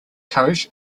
courage